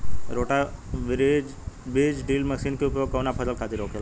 रोटा बिज drill machine के उपयोग कऊना फसल खातिर होखेला?